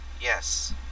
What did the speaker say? Yes